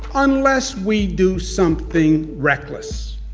unless we do something reckless.